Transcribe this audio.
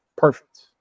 Perfect